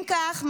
אם כך,